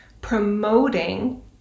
promoting